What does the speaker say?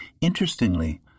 Interestingly